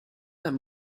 that